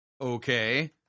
Okay